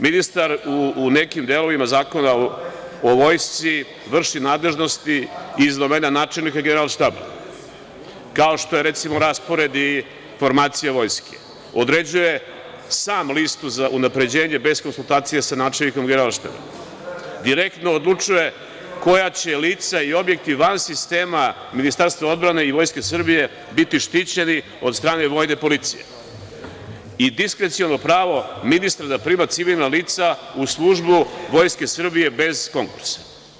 Ministar u nekim delovima Zakona o Vojsci vrši nadležnosti iz domena načelnika Generalštaba, kao što je recimo raspored i formacija vojske, određuje sam listu za unapređenje bez konsultacija sa načelnikom Generalštaba, direktno odlučuje koja će lica i objekti van sistema Ministarstva odbrane i Vojske Srbije biti štićeni od strane vojne policije, i diskreciono pravo ministra da prima civilna lica u službu Vojske Srbije bez konkursa.